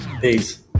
Peace